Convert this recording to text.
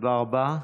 תודה רבה.